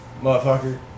Motherfucker